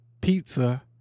pizza